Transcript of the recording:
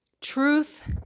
Truth